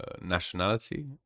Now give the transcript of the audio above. nationality